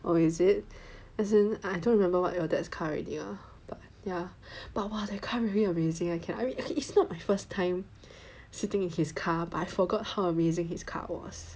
oh is it as in I don't remember what your dad's car already lah but ya but !wah! that car really amazing I can I mean actually it's not my first time sitting in his car but I forgot how amazing his car was